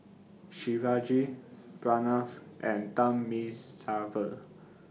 Shivaji Pranav and Thamizhavel